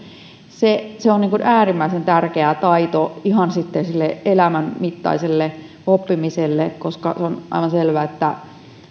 se on äärimmäisen tärkeä taito sitten ihan sille elämän mittaiselle oppimiselle koska on aivan selvää että